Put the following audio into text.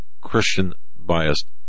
Christian-biased